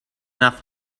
enough